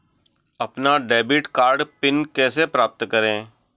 अपना debit card PIN कैसे प्राप्त करें?